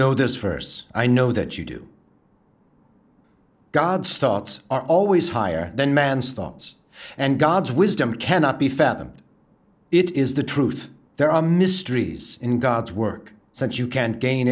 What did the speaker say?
know this st i know that you do god's thoughts are always higher than man's thoughts and god's wisdom cannot be found them it is the truth there are mysteries in god's work since you can gain